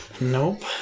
Nope